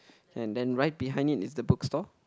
and then right behind it is the book store